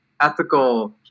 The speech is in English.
ethical